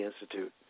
Institute